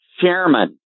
chairman